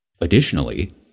Additionally